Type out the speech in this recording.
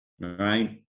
Right